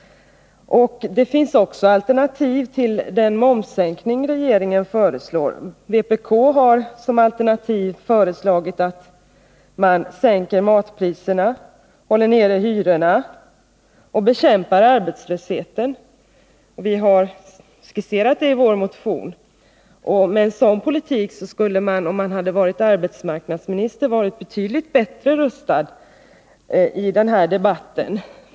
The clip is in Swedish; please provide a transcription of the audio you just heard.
Det finns även andra alternativ till den momssänkning regeringen föreslår. Vpk har som alternativ föreslagit att man sänker matpriserna, håller nere hyrorna och bekämpar arbetslösheten. Vi har skisserat detta i vår motion. Med en sådan politik skulle arbetsmarknadsministern ha varit betydligt bättre rustad i den här debatten.